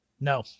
No